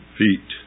feet